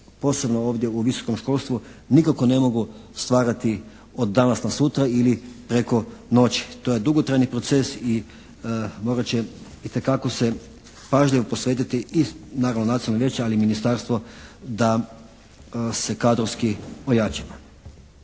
posebno ovdje u visokom školstvu nikako ne mogu stvarati od danas na sutra ili preko noći. To je dugotrajni proces i morat će itekako se pažljivo posvetiti i naravno nacionalno vijeće ali i ministarstvo da se kadrovski ojača.